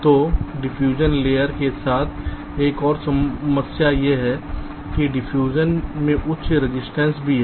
तो diffusion layer के साथ एक और समस्या यह है कि डिफ्यूजन में उच्च रजिस्टेंस भी है